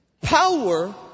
power